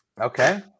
Okay